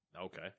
Okay